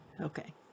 Okay